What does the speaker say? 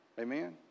Amen